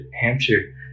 Hampshire